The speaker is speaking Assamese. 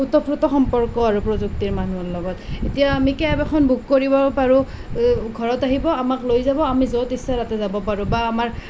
ওতঃপ্ৰোত সম্পৰ্ক আৰু প্ৰযুক্তি আৰু মানুহৰ লগত এতিয়া আমি কেব এখন বুক কৰিব পাৰোঁ ঘৰত আহিব আমাক লৈ যাব আমি য'ত ইচ্ছা ত'তে যাব পাৰোঁ বা আমাৰ